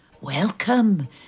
Welcome